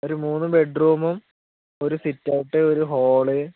ഒരു മൂന്നു ബെഡ് റൂമും ഒരു സിറ്റ്ഔട്ട് ഒരു ഹോള്